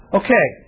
okay